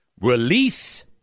release